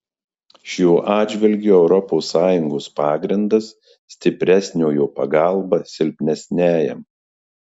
šiuo atžvilgiu europos sąjungos pagrindas stipresniojo pagalba silpnesniajam